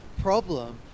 problem